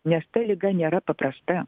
nes ta liga nėra paprasta